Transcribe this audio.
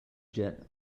jet